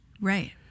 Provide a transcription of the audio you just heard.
Right